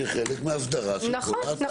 כחלק מן ההסדרה של כל האתר.